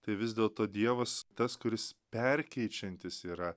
tai vis dėlto dievas tas kuris perkeičiantis yra